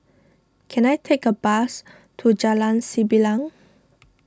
can I take a bus to Jalan Sembilang